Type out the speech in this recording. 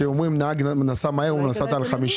אומרים שנהג נסע מהר על 50,